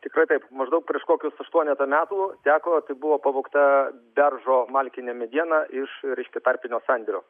tikrai taip maždaug prieš kokius aštuonetą metų teko tai buvo pavogta beržo malkinė mediena iš reiškia tarpinio sandėlio